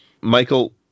Michael